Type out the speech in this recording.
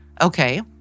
Okay